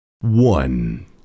one